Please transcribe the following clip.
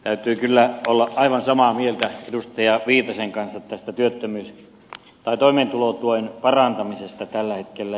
täytyy kyllä olla aivan samaa mieltä edustaja viitasen kanssa tästä toimeentulotuen parantamisesta tällä hetkellä